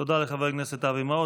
תודה לחבר הכנסת אבי מעוז.